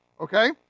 Okay